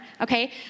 okay